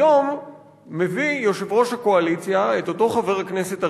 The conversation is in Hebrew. היום מביא יושב-ראש הקואליציה את אותו חבר כנסת אריאל,